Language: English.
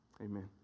Amen